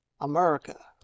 America